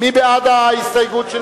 מי בעד הסתייגותה?